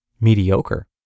mediocre